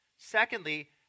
Secondly